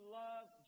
love